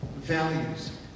values